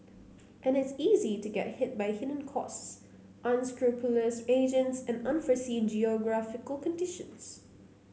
and it's easy to get hit by hidden costs unscrupulous agents and unforeseen geographical conditions